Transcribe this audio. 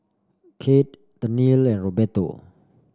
Cade Tennille and Roberto